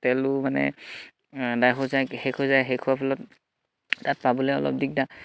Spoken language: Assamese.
তেলো মানে এদায় হৈ যায় শেষ হৈ যায় শেষ হোৱাৰ ফলত তাত পাবলে অলপ দিগদাৰ